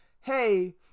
hey